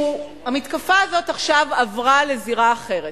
המתקפה הזאת עכשיו עברה לזירה אחרת.